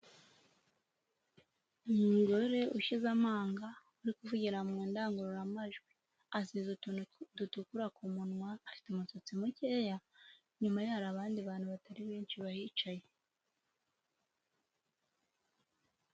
Umugore ushize amanga uri kuvugira mu ndangururamajwi, azize utuntu dutukura ku munwa, afite umusatsi mukeya, inyuma ye hari abandi bantu batari benshi bahicaye.